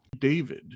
David